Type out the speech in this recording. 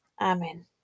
Amen